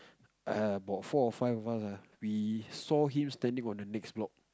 err about four or five of us ah we saw him standing on the next block